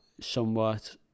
somewhat